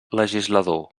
legislador